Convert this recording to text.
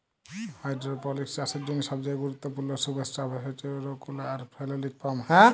hydroponics চাষের জ্যনহে সবচাঁয়ে গুরুত্তপুর্ল সুবস্ট্রাটাস হছে রোক উল আর ফেললিক ফম